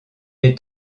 est